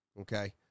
Okay